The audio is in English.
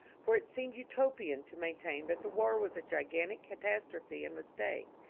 for it seemed utopian to main tain that the war was a gigantic catastrophe and mistake,